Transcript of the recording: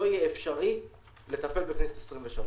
אבל למה להיכנס ללחץ?